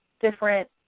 different